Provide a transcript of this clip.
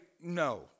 no